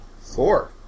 Four